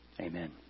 Amen